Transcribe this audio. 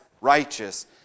righteous